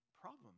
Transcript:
problem